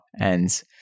and-